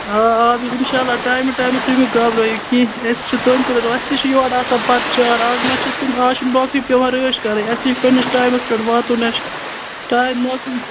آ آب یی اِنشاء اللہ ٹایمہ ٹایمہٕ تُہۍ مہٕ گابرٲیِو کینٛہہ أسۍ چھِ تُہٕنٛدٕ خٲطرٕ اَسہِ تہِ چھُ یورٕ آسان پَتچار آز مہ چھُ آز چھِ نوکری پیٚوان رٲچھ کَرٕنۍ اَسہ تہِ چھُ پَننِس ٹایمَس پیٚٹھ واتُن اَسہِ ٹایم نوکری